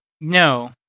No